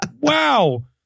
Wow